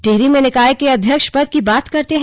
टिहरी में निकाय के अध्यक्ष पद की बात करते हैं